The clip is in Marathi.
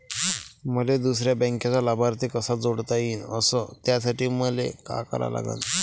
मले दुसऱ्या बँकेचा लाभार्थी कसा जोडता येईन, अस त्यासाठी मले का करा लागन?